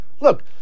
Look